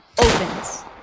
opens